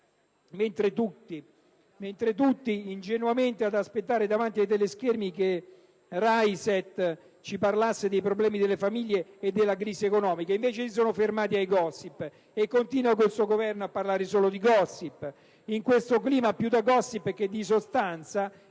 mentre tutti ingenuamente aspettavano, davanti ai teleschermi, che "Raiset" ci parlasse dei problemi delle famiglie e della crisi economica: invece, ci si è fermati ai *gossip*, e questo Governo continua a parlare solo di *gossip*. In questo clima più da *gossip* che di sostanza,